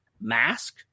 mask